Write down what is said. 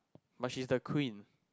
but she is the queen